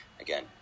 again